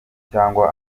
cyangwa